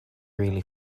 really